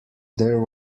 there